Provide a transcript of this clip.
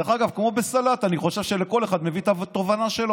אני החלטתי,